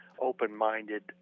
open-minded